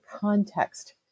context